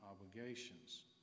obligations